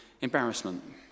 embarrassment